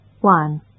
One